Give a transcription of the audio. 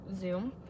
Zoom